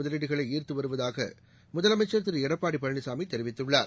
முதலீடுகளை ஈர்த்து வருவதாக முதலமைச்சர் திரு எடப்பாடி பழனிசாமி தெரிவித்துள்ளார்